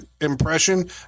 impression